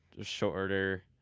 shorter